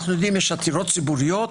יש עתירות ציבוריות.